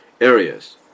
areas